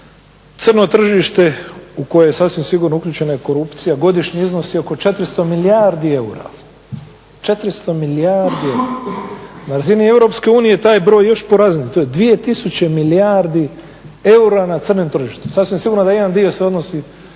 crno tržište u koje je sasvim sigurno uključena i korupcija godišnji iznos je oko 400 milijardi eura. Na razini Europske unije taj je broj još porazniji. To je 2000 milijardi eura na crnom tržištu. Sasvim sigurno da jedan dio se odnosi